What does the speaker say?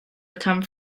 become